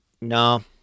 no